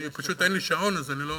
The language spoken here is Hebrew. פשוט אין לי שעון אז אני לא,